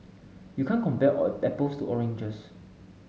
you can't compare apples to oranges